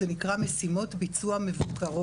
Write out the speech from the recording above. זה נקרא משימות ביצוע מבוקרות,